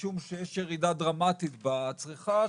משום שיש ירידה דרמטית בצריכה,